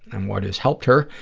and what has helped her,